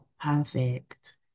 perfect